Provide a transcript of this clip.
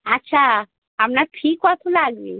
আচ্ছা আপনার ফি কতো লাগবে